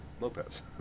Lopez